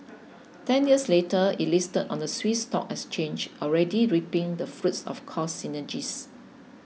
ten years later it listed on the Swiss stock exchange already reaping the fruits of cost synergies